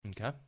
Okay